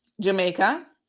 jamaica